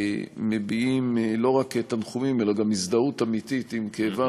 מביעים לא רק תנחומים אלא גם הזדהות אמיתית עם הכאב,